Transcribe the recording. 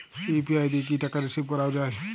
UPI দিয়ে কি টাকা রিসিভ করাও য়ায়?